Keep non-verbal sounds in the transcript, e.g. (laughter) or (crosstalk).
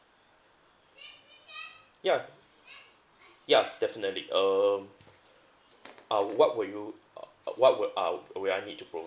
yeah ya definitely um uh what will you (noise) ugh what would uh will I need to provide